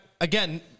again